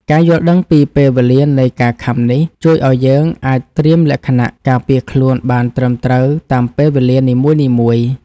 ការយល់ដឹងពីពេលវេលានៃការខាំនេះ ជួយឱ្យយើងអាចត្រៀមលក្ខណៈការពារខ្លួនបានត្រឹមត្រូវតាមពេលវេលានីមួយៗ។